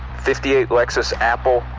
fifty eight lexus apple,